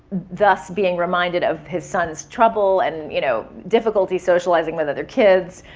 thus being reminded of his son's trouble and you know difficulty socializing with other kids.